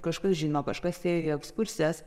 kažkas žino kažkas ėjo į ekskursijas